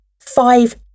five